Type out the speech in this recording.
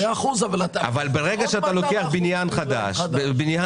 ברגע שאתה לוקח בניין קיים,